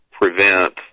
prevent